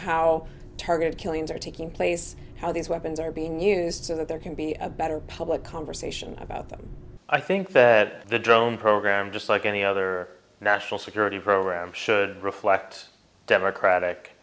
how targeted killings are taking place how these weapons are being used so that there can be a better public conversation about them i think that the drone program just like any other national security program should reflect democratic